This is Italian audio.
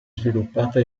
sviluppata